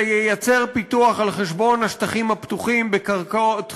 זה ייצר פיתוח על חשבון השטחים הפתוחים בקרקעות חקלאיות,